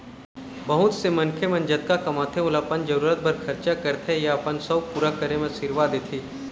बहुत से मनखे मन जतका कमाथे ओला अपन जरूरत बर खरचा करथे या अपन सउख पूरा करे म सिरवा देथे